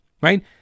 right